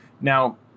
Now